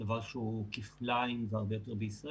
דבר שהוא כפליים נכון לישראל,